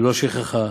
ולא שכחה